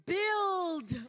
build